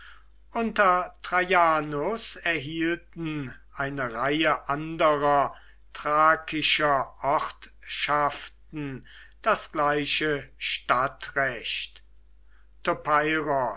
unter traianus erhielten eine reihe anderer thrakischer ortschaften das gleiche stadtrecht